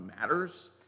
matters